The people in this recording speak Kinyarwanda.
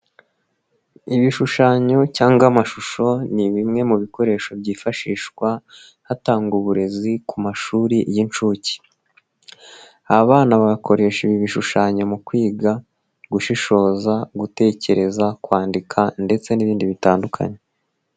Ibishushanyo cyangwa amashusho ni bimwe mu bikoresho byifashishwa hatangwa uburezi ku mashuri y'inshuke, abana bakoresha ibi bishushanyo mu kwiga gushishoza, gutekereza, kwandika ndetse n'ibindi bitandukanye.